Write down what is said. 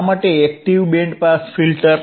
શા માટે active band pass filter